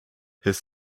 his